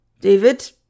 David